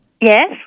Yes